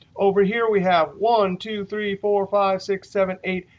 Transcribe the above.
over here, we have one, two, three, four, five, six, seven, eight,